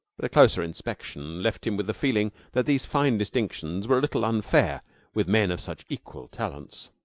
but a closer inspection left him with the feeling that these fine distinctions were a little unfair with men of such equal talents.